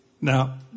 Now